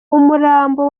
umurambo